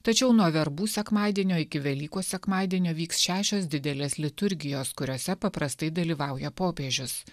tačiau nuo verbų sekmadienio iki velykų sekmadienio vyks šešios didelės liturgijos kuriose paprastai dalyvauja popiežius